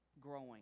growing